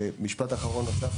לסיום,